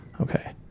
okay